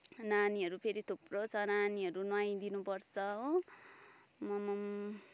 नानीहरू फेरि थुप्रो छ नानीहरू नुहाइदिनु पर्छ हो आम्मामामा